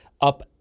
up